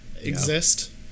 exist